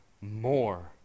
more